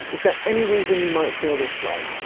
is there any reason you might feel this way?